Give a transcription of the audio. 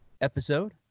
episode